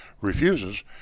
refuses